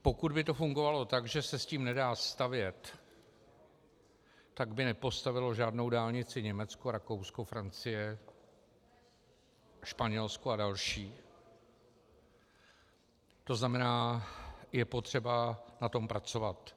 Pokud by to fungovalo tak, že se s tím nedá stavět, tak by nepostavilo žádnou dálnici Německo, Rakousko, Francie, Španělsko a další, to znamená, je potřeba na tom pracovat.